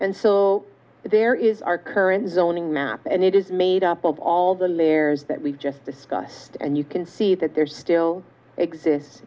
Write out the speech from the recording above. and so there is our current zoning map and it is made up of all the layers that we've just discussed and you can see that there's still exists